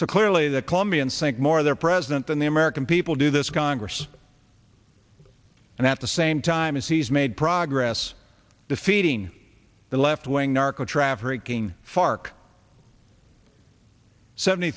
so clearly the colombians think more of their president than the american people do this congress and at the same time as he's made progress defeating the left wing narco trafficking fark seventy